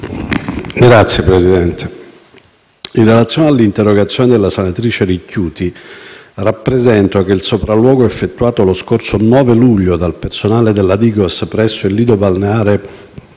senatori, in relazione all'interrogazione della senatrice Ricchiuti, rappresento che il sopralluogo effettuato lo scorso 9 luglio dal personale della DIGOS presso il lido balneare